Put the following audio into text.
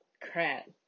crap